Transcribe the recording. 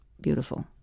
beautiful